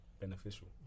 beneficial